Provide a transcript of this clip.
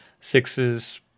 sixes